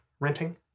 Renting